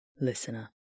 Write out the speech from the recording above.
listener